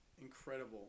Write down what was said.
Incredible